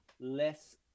less